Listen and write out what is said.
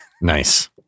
Nice